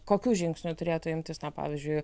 kokių žingsnių turėtų imtis pavyzdžiui